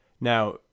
Now